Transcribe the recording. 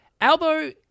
Albo